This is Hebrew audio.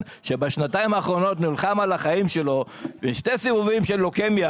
שבשנתיים האחרונות נלחם על החיים שלו בשני סיבובים של לוקמיה,